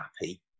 happy